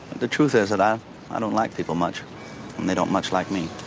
the truth is that i i don't like people much and they don't much like me.